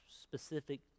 specific